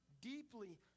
deeply